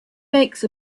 makes